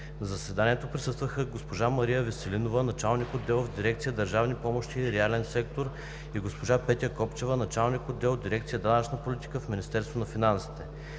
На заседанието присъстваха госпожа Мария Веселинова – началник отдел в Дирекция „Държавни помощи и реален сектор“, и госпожа Петя Копчева – началник на отдел в Дирекция „Данъчна политика“ в Министерството на финансите.